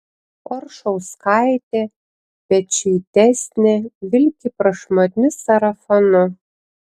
oršauskaitė pečiuitesnė vilki prašmatniu sarafanu